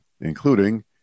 including